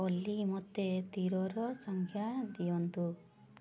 ଅଲି ମୋତେ ତୀରର ସଂଜ୍ଞା ଦିଅନ୍ତୁ